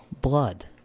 blood